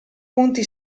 punti